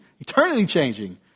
Eternity-changing